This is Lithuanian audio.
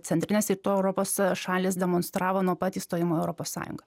centrinės rytų europos šalys demonstravo nuo pat įstojimo į europos sąjungą